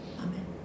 Amen